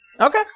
Okay